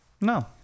No